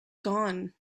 gone